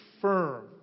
firm